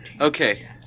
Okay